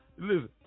Listen